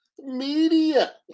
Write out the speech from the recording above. media